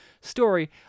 story